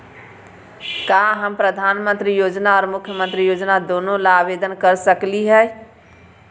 का हम प्रधानमंत्री योजना और मुख्यमंत्री योजना दोनों ला आवेदन कर सकली हई?